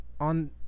on